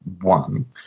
one